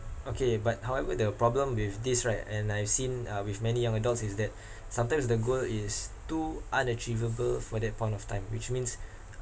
okay but however the problem with this right and I've seen uh with many young adults is that sometimes the goal is too unachievable for that point of time which means